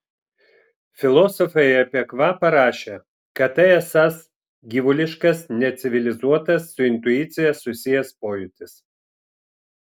filosofai apie kvapą rašė kad tai esąs gyvuliškas necivilizuotas su intuicija susijęs pojūtis